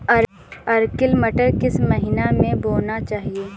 Arkel मटर किस महीना में बोना चाहिए?